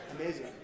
Amazing